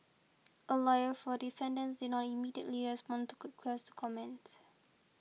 a lawyer for defendants did not immediately respond to requests comment